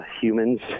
humans